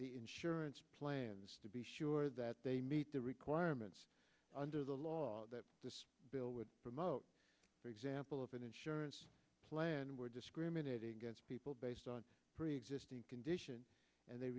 the insurance plans to be sure that they meet the requirements under the law that this bill would promote for example of an insurance plan where discriminating against people based on preexisting condition and they